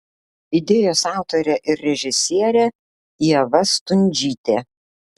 idėjos autorė ir režisierė ieva stundžytė